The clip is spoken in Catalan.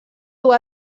dur